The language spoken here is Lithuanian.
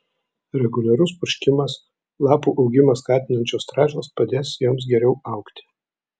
reguliarus purškimas lapų augimą skatinančios trąšos padės joms geriau augti